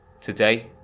Today